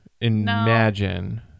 imagine